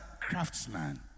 craftsman